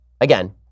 again